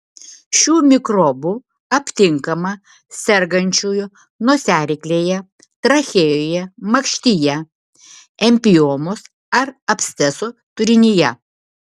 šių mikrobų aptinkama sergančiųjų nosiaryklėje trachėjoje makštyje empiemos ar absceso turinyje